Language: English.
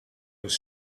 was